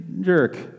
jerk